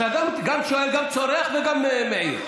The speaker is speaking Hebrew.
אתה גם שואל, גם צורח וגם מעיר.